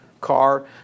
car